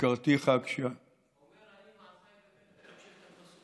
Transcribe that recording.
הכרתיך, "אֹמר אני מעשַׂי למלך" תמשיך את הפסוק.